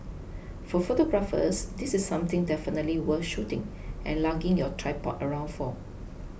for photographers this is something definitely worth shooting and lugging your tripod around for